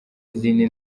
izindi